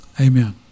Amen